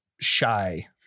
shy